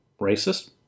Racist